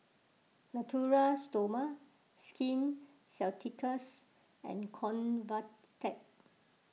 Natura Stoma Skin Ceuticals and Convatec